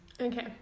Okay